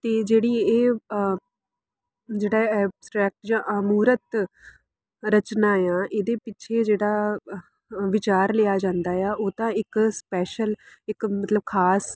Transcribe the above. ਅਤੇ ਜਿਹੜੀ ਇਹ ਜਿਹੜਾ ਐਬਸਟਰੈਕਟ ਜਾਂ ਮੂਰਤ ਰਚਨਾ ਆ ਇਹਦੇ ਪਿੱਛੇ ਜਿਹੜਾ ਵਿਚਾਰ ਲਿਆ ਜਾਂਦਾ ਆ ਉਹ ਤਾਂ ਇੱਕ ਸਪੈਸ਼ਲ ਇੱਕ ਮਤਲਬ ਖ਼ਾਸ